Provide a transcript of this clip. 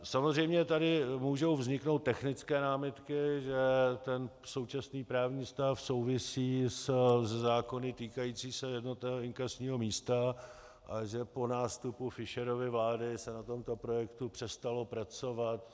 Samozřejmě tady můžou vzniknout technické námitky, že současný právní stav souvisí se zákony týkajícími se jednotného inkasního místa a že po nástupu Fischerovy vlády se na tomto projektu přestalo pracovat.